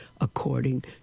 according